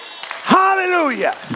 Hallelujah